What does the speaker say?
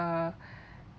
uh